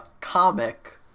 comic